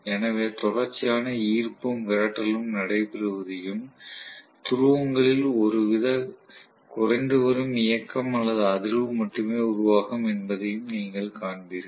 எனவே தொடர்ச்சியாக ஈர்ப்பும் விரட்டலும் நடைபெறுவதையும் துருவங்களில் ஒருவித குறைந்து வரும் இயக்கம் அல்லது அதிர்வு மட்டுமே உருவாகும் என்பதையும் நீங்கள் காண்பீர்கள்